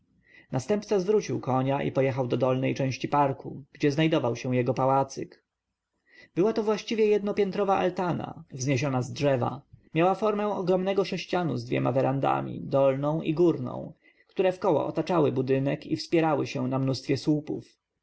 następca zwrócił konia i pojechał do dolnej części parku gdzie znajdował się jego pałacyk była to właściwie jednopiętrowa altana wzniesiona z drzewa miała formę ogromnego sześcianu z dwoma werendami dolną i górną które wkoło otaczały budynek i wspierały się na mnóstwie słupów